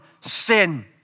sin